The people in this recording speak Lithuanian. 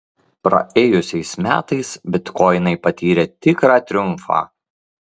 praėjusiais metais bitkoinai patyrė tikrą triumfą